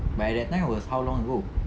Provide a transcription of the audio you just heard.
by that time was how long ago